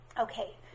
Okay